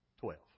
Twelve